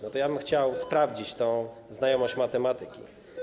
No to ja bym chciał sprawdzić tę znajomość matematyki.